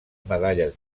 medalles